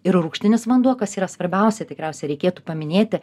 ir rūgštinis vanduo kas yra svarbiausia tikriausiai reikėtų paminėti